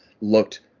looked